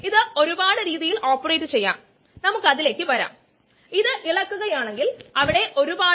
ഇവിടെ റേറ്റ് സ്ഥിരാങ്കം k 3 ആണ്